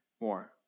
more